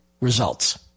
results